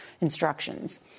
instructions